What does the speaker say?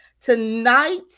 tonight